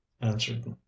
answered